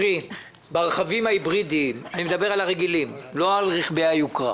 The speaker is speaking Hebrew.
ברכבים ההיברידיים הרגילים, לא רכבי היוקרה